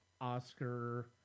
Oscar